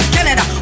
Canada